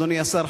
אדוני השר,